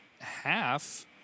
half